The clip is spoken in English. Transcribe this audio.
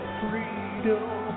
freedom